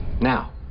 Now